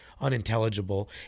unintelligible